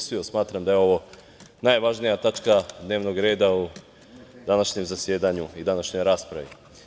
Smatram da je ovo najvažnija tačka dnevnog reda u današnjem zasedanju i današnjoj raspravi.